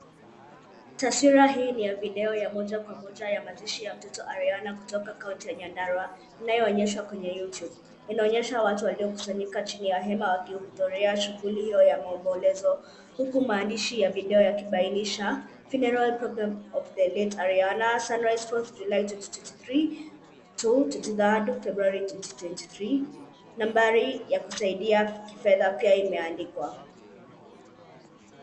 Taswira hii ni ya video ya moja kwa moja ya mazishi ya mtoto Ariana kutoka kaunti ya Nyandarua inayoonyeshwa kwenye YouTube. Inaonyesha watu walio kusanyika chini ya hema wakihudhuria shughuli hiyo ya maombolezo. Huku maandishi ya video yakibainisha Funeral program of the late Ariana, Sunrise 4th July 2023 to 23rd February 2023 . Nambari ya kusaidia kifedha pia imeandikwa.